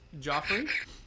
Joffrey